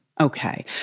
Okay